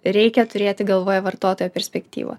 reikia turėti galvoj vartotojo perspektyvą